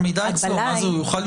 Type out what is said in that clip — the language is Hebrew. זה כמו שהוא לא